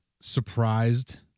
surprised